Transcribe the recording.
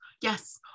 yes